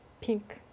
pink